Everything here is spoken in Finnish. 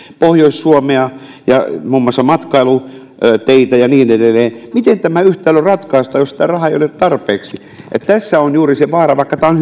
pohjois suomea ja muun muassa matkailuteitä ja niin edelleen miten tämä yhtälö ratkaistaan jos sitä rahaa ei ole tarpeeksi tässä on juuri se vaara että vaikka tämä on